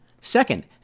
Second